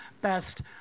Best